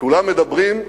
כולם מדברים,